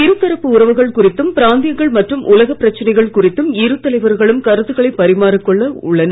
இருதரப்பு உறவுகள் குறித்தும் பிராந்தியங்கள் மற்றும உலகப் பிரச்சனைகள் குறித்தும் இரு தலைவர்களும் கருத்துக்களை பரிமாறிக்கொள்ள உள்ளனர்